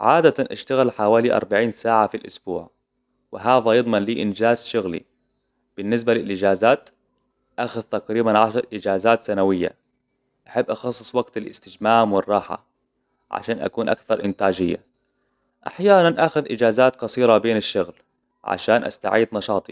عادةً أشتغل حوالي أربعين ساعة في الأسبوع. وهذا يضمن لي إنجاز شغلي. بالنسبة للإجازات، أخذ تقريباً عشر إجازات سنوية. أحب أخصص وقت للإستجمام والراحة عشان أكون أكثر إنتاجية. أحياناً أخذ إجازات قصيرة بين الشغل عشان أستعيد نشاطي